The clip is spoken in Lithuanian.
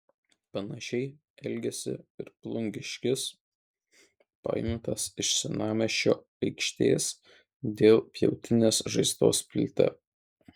panašiai elgėsi ir plungiškis paimtas iš senamiesčio aikštės dėl pjautinės žaizdos pilve